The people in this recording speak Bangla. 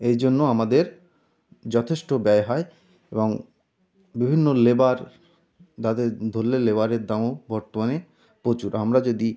এই জন্য আমাদের যথেষ্ট ব্যয় হয় এবং বিভিন্ন লেবার তাদের ধরলে লেবারের দামও বর্তমানে প্রচুর আমরা যদি